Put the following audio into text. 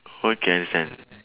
okay understand